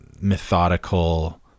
methodical